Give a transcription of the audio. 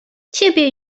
ciebie